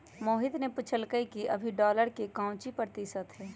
मोहित ने पूछल कई कि अभी डॉलर के काउची प्रतिशत है?